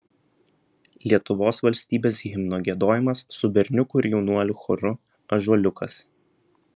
lietuvos valstybės himno giedojimas su berniukų ir jaunuolių choru ąžuoliukas